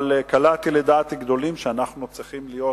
אבל קלעתי לדעת גדולים, שאנחנו צריכים להיות,